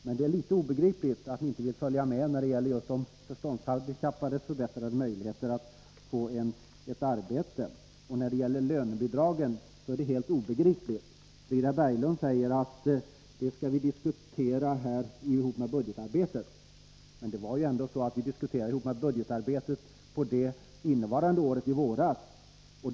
Men det är litet obegripligt att ni inte vill följa med när det gäller de förståndshandikappades möjligheter att få ett arbete. När det gäller lönebidragen är socialdemokraternas agerande helt obegripligt. Frida Berglund säger att detta skall vi diskutera ihop med budgetarbetet. Men det var ändå så att vi diskuterade detta ihop med budgetarbetet för det innevarande året i våras.